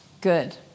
Good